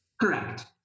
Correct